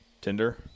Tinder